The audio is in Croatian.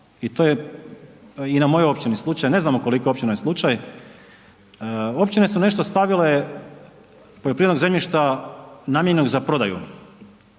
i to je i na mojoj općini slučaj, ne znam koliko je općina slučaj. Općine su nešto stavile poljoprivrednog zemljišta namijenjenog za prodaju,